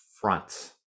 front